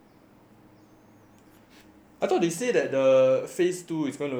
I thought they say that the phase two is gonna push forward earlier